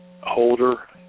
holder